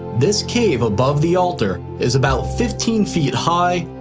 this cave above the altar is about fifteen feet high,